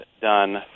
done